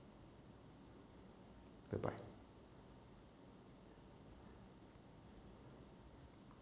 good bye